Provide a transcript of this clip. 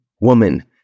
woman